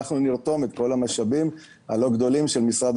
אנחנו נרתום את כל המשאבים הלא גדולים של משרד